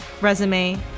resume